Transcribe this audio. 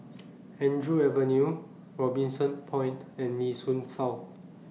Andrew Avenue Robinson Point and Nee Soon South